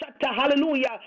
hallelujah